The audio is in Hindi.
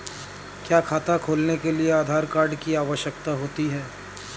क्या खाता खोलने के लिए आधार कार्ड की आवश्यकता होती है?